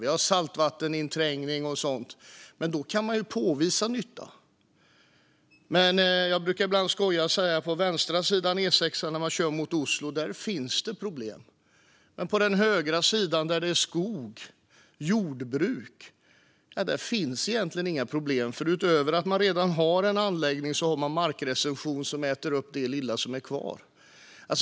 Vi har saltvatteninträngning och sådant. Men då kan man ju påvisa nytta. Jag brukar ibland skoja och säga att på vänstra sidan av E6:an när man kör mot Oslo finns det problem. Men på den högra sidan där det är skog och jordbruk finns egentligen inga problem, för utöver att man redan har en anläggning har man markretention som äter upp det lilla som är kvar.